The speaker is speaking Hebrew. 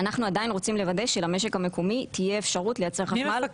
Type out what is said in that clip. אנחנו עדיין רוצים לוודא שלמשק המקומי תהיה אפשרות ליצר חשמל.